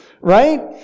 right